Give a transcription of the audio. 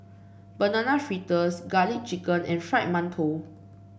Banana Fritters garlic chicken and Fried Mantou